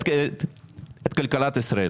קודם כל הכרה בעסקים ובמשפחות שלהם.